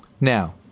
now